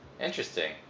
interesting